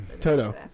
Toto